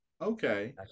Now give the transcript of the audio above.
Okay